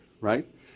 right